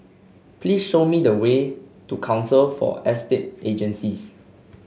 please show me the way to Council for Estate Agencies